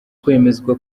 kwemezwa